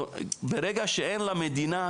ברגע שאין למדינה,